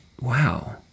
wow